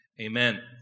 Amen